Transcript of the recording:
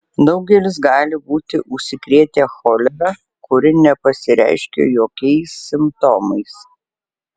daugelis gali būti užsikrėtę cholera kuri nepasireiškia jokiais simptomais